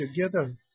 together